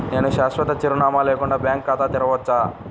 నేను శాశ్వత చిరునామా లేకుండా బ్యాంక్ ఖాతా తెరవచ్చా?